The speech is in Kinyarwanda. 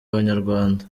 abanyarwanda